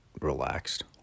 relaxed